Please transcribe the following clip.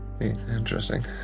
Interesting